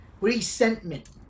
resentment